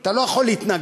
אתה לא יכול להתנגד.